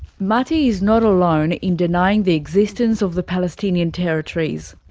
mati is not alone in denying the existence of the palestinian territories.